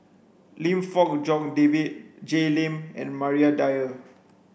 Lim Fong Jock David Jay Lim and Maria Dyer